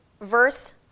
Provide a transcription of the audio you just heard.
verse